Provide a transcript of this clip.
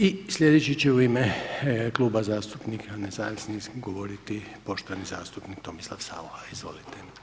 I slijedeći će u ime Kluba zastupnika nezavisnih govoriti poštovani zastupnik Tomislav Saucha, izvolite.